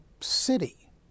city